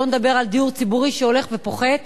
שלא נדבר על דיור ציבורי שהולך ופוחת.